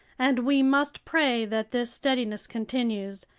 and we must pray that this steadiness continues,